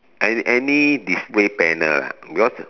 an~ any display panel ah because